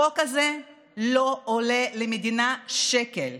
החוק הזה לא עולה למדינה שקל.